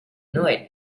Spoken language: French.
noël